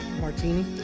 martini